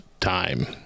time